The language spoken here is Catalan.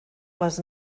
les